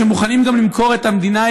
שמוכנים גם למכור את המדינה,